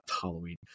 Halloween